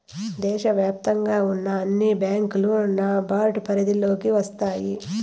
దేశ వ్యాప్తంగా ఉన్న అన్ని బ్యాంకులు నాబార్డ్ పరిధిలోకి వస్తాయి